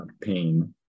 pain